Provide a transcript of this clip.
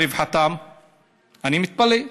אני מתפלא.